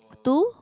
two